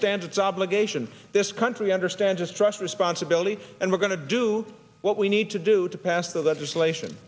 stands its obligation to this country understand just trust responsibility and we're going to do what we need to do to pass the legislation